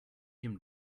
him